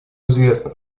известно